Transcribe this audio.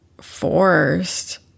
forced